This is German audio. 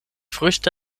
früchte